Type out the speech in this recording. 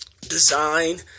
design